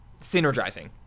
synergizing